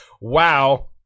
wow